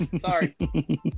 Sorry